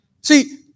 See